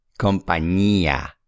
compañía